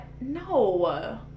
No